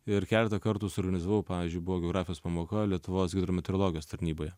ir keletą kartų suorganizavau pavyzdžiui buvo geografijos pamoka lietuvos hidrometeorologijos tarnyboje